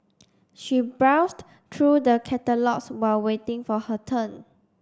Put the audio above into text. she browsed through the catalogues while waiting for her turn